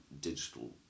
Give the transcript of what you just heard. digital